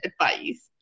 advice